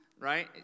right